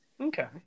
Okay